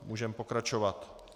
Můžeme pokračovat.